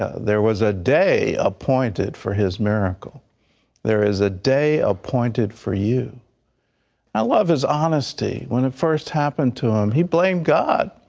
there was a day appointed for his miracle there is a day appointed for you i love his honesty when it first happened to him he blamed god.